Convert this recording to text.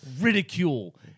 ridicule